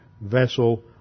vessel